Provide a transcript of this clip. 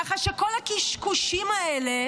ככה שכל הקשקושים האלה